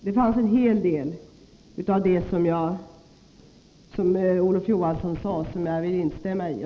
Det finns en hel del i det som Olof Johansson sade som jag vill instämma i.